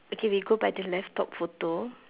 okay we go by the left top photo